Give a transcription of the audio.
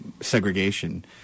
segregation